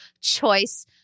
Choice